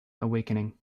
awakening